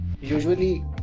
usually